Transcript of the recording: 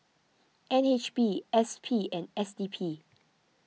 N H B S P and S D P